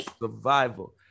Survival